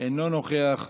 אינו נוכח,